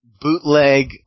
bootleg